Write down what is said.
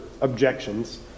objections